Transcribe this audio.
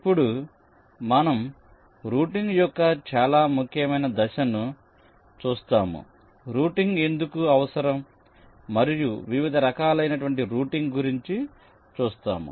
ఇప్పుడు మనం రూటింగ్ యొక్క చాలా ముఖ్యమైన దశను చూస్తాము రూటింగ్ ఎందుకు అవసరం మరియు వివిధ రకాలైన రూటింగ్ గురించి చూస్తాము